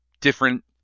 different